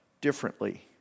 differently